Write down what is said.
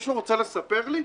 מישהו רוצה לספר לי?